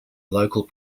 local